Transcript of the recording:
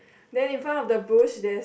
then in front of the bush there's